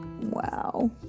Wow